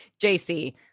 JC